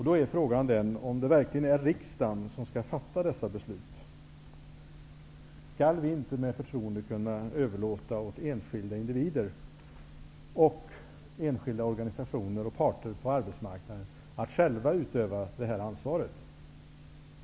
Då är frågan om det verkligen är riksdagen som skall fatta dessa beslut. Skall vi inte med förtroende kunna överlåta åt enskilda individer och enskilda organisationer och parter på arbetsmarknaden att själva utöva det här ansvaret?